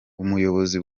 ubuyobozi